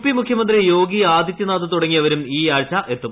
P മുഖ്യമന്ത്രി യോഗി ആദിത്യനാഥ് തുടങ്ങിയവരും ഈ ആഴ്ച എത്തും